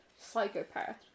Psychopath